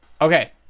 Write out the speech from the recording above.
Okay